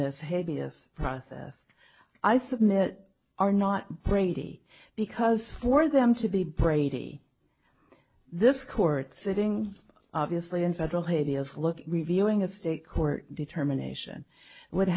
this hideous process i submit are not brady because for them to be brady this court sitting obviously in federal hideous look reviewing a state court determination would